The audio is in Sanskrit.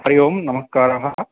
हरिः ओं नमस्कारः